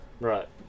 right